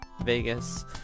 Vegas